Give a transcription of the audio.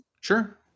Sure